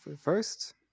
first